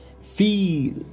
Feel